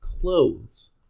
clothes